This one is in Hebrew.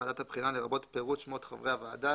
ועדת הבחינה לרבות פירוט שמות חברי הוועדה,